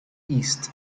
east